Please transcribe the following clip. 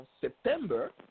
September